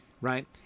Right